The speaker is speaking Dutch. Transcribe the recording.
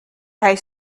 hij